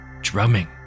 drumming